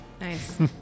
nice